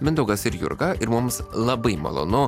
mindaugas ir jurga ir mums labai malonu